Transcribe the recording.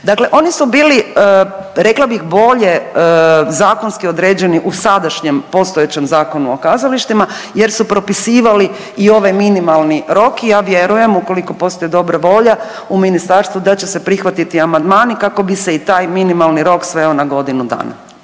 Dakle, oni su bili rekla bih bolje zakonski određeni u sadašnjem postojećem Zakonu o kazalištima jer su propisivali i ovaj minimalni rok i ja vjerujem ukoliko postoji dobra volja u ministarstvu da će se prihvatiti amandmani kako bi se i taj minimalni rok sveo na godinu dana.